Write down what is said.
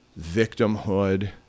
victimhood